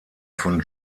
von